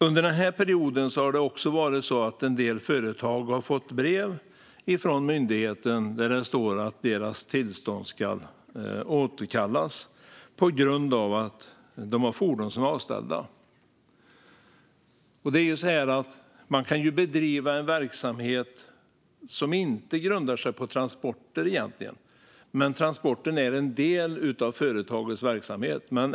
Under denna period har en del företag fått brev från myndigheten där det står att deras tillstånd ska återkallas på grund av att de har fordon som är avställda. Man kan ju bedriva en verksamhet som egentligen inte grundar sig på transporter men där transporter är en del av företagets verksamhet.